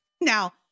Now